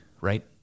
right